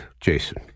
Jason